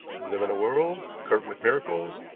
live in a world girt with miracles,